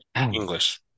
English